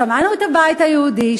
שמענו את הבית היהודי,